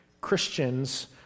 Christians